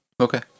Okay